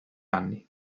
anni